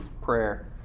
prayer